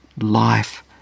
life